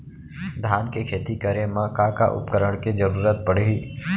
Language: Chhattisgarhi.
धान के खेती करे मा का का उपकरण के जरूरत पड़हि?